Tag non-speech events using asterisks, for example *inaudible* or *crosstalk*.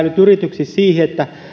*unintelligible* nyt yrityksissä siihen että